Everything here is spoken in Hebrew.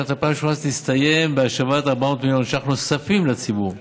שנת 2018 תסתיים בהשבת 400 מיליון שקלים נוספים לציבור,